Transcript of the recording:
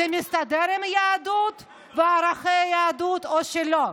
זה מסתדר עם היהדות וערכי היהדות או לא?